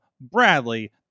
Bradley